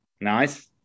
Nice